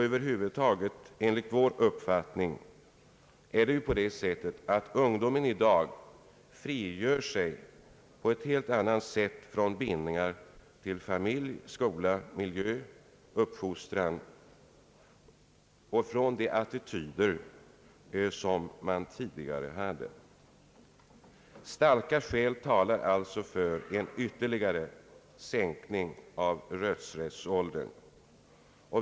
Över huvud taget är det enligt vår uppfattning så att ungdomen i dag på ett helt annat sätt än tidigare frigör sig från bindningar till familj, skola, miljö och uppfostran och från de attityder som man förut har haft. Starka skäl talar alltså för en ytterligare sänkning av rösträttsåldern.